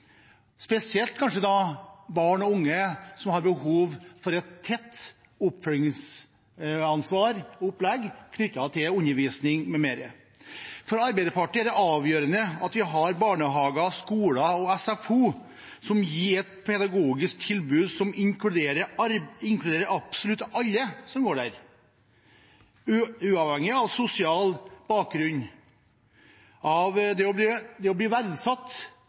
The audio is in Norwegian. behov for et tett oppfølgingsopplegg knyttet til undervisning m.m. For Arbeiderpartiet er det avgjørende at vi har barnehager, skoler og SFO som gir et pedagogisk tilbud som inkluderer absolutt alle som går der, uavhengig av sosial bakgrunn. Det å bli verdsatt handler om å bli sett, det handler om å bli hørt, og det handler om å bli